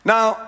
Now